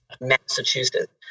Massachusetts